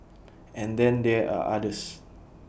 and then there are others